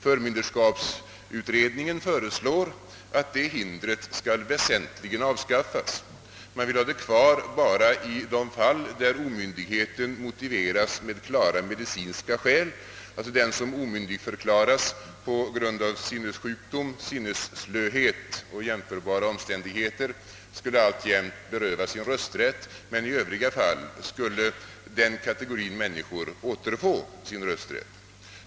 Förmynderskapsutredningen föreslår att det hindret väsentligen skall avskaffas; man vill ha det kvar bara i de fall då omyndigheten motiveras med klara medicinska skäl; d. v. s. den som omyndigförklaras på grund av sinnessjukdom, sinnesslöhet och jämförbara omständigheter skulle alltjämt berövas sin rösträtt, men i övriga fall skulle de omyndigförklarade få behålla rösträtten.